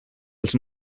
els